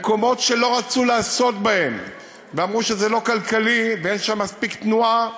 במקומות שלא רצו לעסוק בהם ואמרו שזה לא כלכלי ואין שם מספיק תנועה,